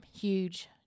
huge